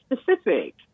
specific